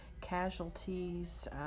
casualties